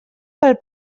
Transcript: pel